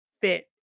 fit